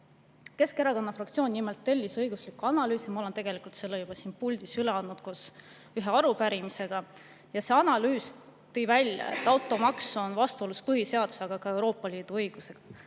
Keskerakonna fraktsioon nimelt tellis õigusliku analüüsi. Ma olen selle siin puldis juba üle andnud koos ühe arupärimisega. See analüüs tõi välja, et automaks on vastuolus põhiseaduse ja ka Euroopa Liidu õigusega.